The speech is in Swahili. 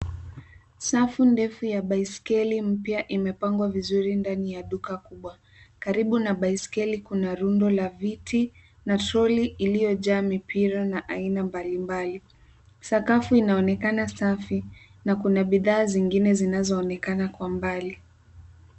Safu ndefu ya baiskeli mpya imepangwa vizuri ndani ya duka kubwa karibu na baiskeli kuna rundo la viti na troli iliyojaa mipira ya aina mbalimbali sakafu inaonekana safi na kuna bidhaa zingine zinazoonekana kwa mbali.